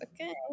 Okay